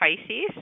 Pisces